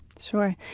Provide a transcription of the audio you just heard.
Sure